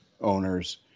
owners